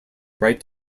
right